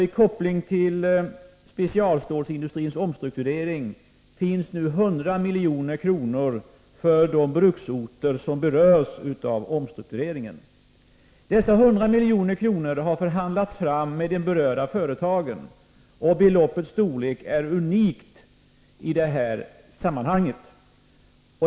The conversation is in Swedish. I koppling till specialstålsindustrins omstrukturering finns nu 100 milj.kr. som är avsedda för de bruksorter som berörs av omstruktureringen. Dessa 100 milj.kr. har förhandlats fram med de berörda företagen, och beloppets storlek är unikt i det här sammanhanget.